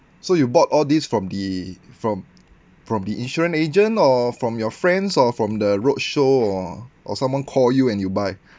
so you bought all this from the from from the insurance agent or from your friends or from the roadshow or or someone call you and you buy